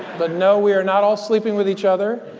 but no, we are not all sleeping with each other